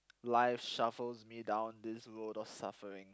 life shuffles me down this road of suffering